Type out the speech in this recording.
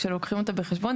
כשלוקחים אותה בחשבון,